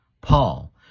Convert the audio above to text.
Paul